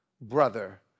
brother